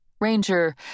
Ranger